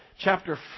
chapter